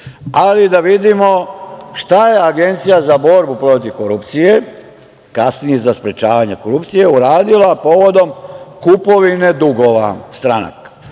vidimo šta je Agencija za borbu protiv korupcije, kasnije za sprečavanje korupcije, uradila povodom kupovine dugova stranaka.